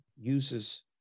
uses